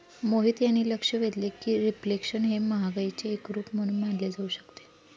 मोहित यांनी लक्ष वेधले की रिफ्लेशन हे महागाईचे एक रूप म्हणून मानले जाऊ शकते